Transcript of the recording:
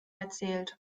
erzählt